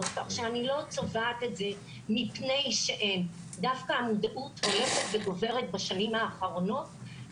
אני שמחה לפתוח את ישיבת ועדת החינוך התרבות והספורט של הכנסת הבוקר,